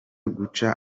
guca